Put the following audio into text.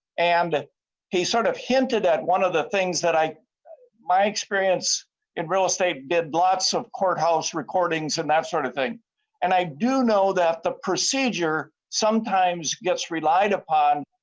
and he sort of hinted that one of the things that i my experience and real estate get lots of courthouse recordings and that sort of thing and i do know that the procedure sometimes gets relied upon.